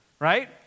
Right